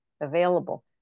available